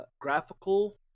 graphical